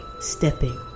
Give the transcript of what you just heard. stepping